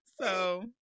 So-